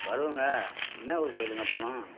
வருவோம்ங்க என்ன ஊர் கோவிலுங்க போகணும்